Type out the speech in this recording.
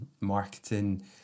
marketing